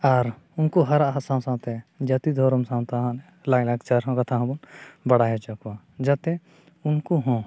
ᱟᱨ ᱩᱱᱠᱩ ᱦᱟᱨᱟᱜ ᱥᱟᱶᱼᱥᱟᱶᱛᱮ ᱡᱟᱹᱛᱤ ᱫᱷᱚᱨᱚᱢ ᱥᱟᱶᱛᱟ ᱞᱟᱭᱼᱞᱟᱠᱪᱟᱨ ᱦᱚᱸ ᱠᱟᱛᱷᱟ ᱦᱚᱸᱵᱚᱱ ᱵᱟᱲᱟᱭ ᱦᱚᱪᱚ ᱠᱚᱣᱟ ᱡᱟᱛᱮ ᱩᱱᱠᱩ ᱦᱚᱸ